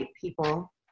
people